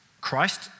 Christ